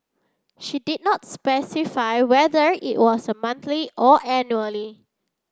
she did not specify whether it was monthly or annually